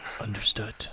Understood